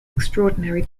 extraordinary